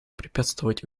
препятствовать